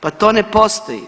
Pa to ne postoji.